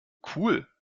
cool